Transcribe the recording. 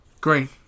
Green